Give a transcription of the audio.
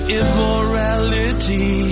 immorality